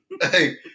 Hey